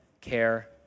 care